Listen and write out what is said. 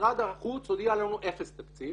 משרד החוץ הודיע לנו אפס תקציב